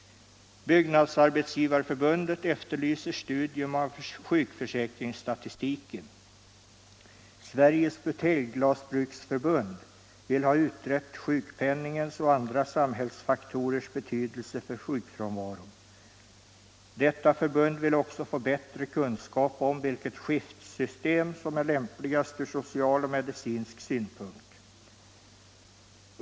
Byggnadsarbetsgivareförbundet efterlyser studium av sjukförsäkringsstatistiken. Sveriges Buteljglasbruks Förbund vill ha utrett sjukpenningens och andra samhällsfaktorers betydelse för sjukfrånvaron. Detta förbund vill också få bättre kunskap om vilket skiftsystem som är lämpligast ur social och medicinsk synpunkt.